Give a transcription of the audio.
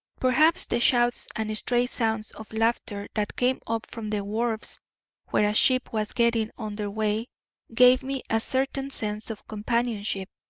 perhaps the shouts and stray sounds of laughter that came up from the wharves where a ship was getting under way gave me a certain sense of companionship.